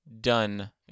done